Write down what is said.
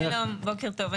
שלום, בוקר טוב.